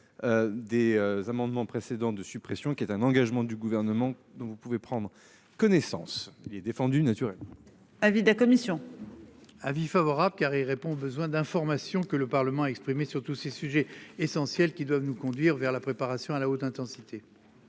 Des amendements précédents de suppression qui est un engagement du gouvernement, donc vous pouvez prendre connaissance il est défendu naturel. Avis de la commission. Avis favorable car il répond au besoin d'information que le Parlement a exprimé sur tous ces sujets essentiels qui doivent nous conduire vers la préparation à la haute intensité.